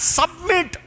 submit